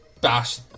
bash